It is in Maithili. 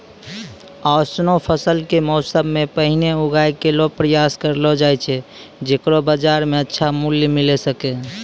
ऑसनो फसल क मौसम सें पहिने उगाय केरो प्रयास करलो जाय छै जेकरो बाजार म अच्छा मूल्य मिले सके